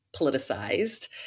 politicized